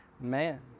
man